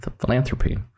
philanthropy